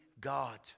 God